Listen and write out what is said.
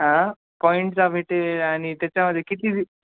हा पॉईंटचा भेटे आणि त्याच्यामध्ये किती दि